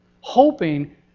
hoping